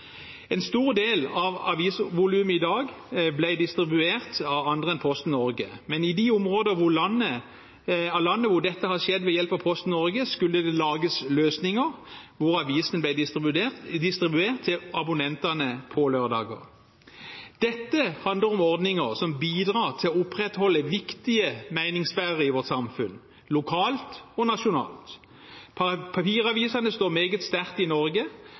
En stor del av avisvolumet blir i dag distribuert av andre enn Posten Norge, men i de områder av landet hvor dette har skjedd ved hjelp av Posten Norge, skulle det lages løsninger hvor avisene ble distribuert til abonnentene på lørdager. Dette handler om ordninger som bidrar til å opprettholde viktige meningsbærere i vårt samfunn, lokalt og nasjonalt. Papiravisene står meget sterkt i Norge.